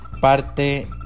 parte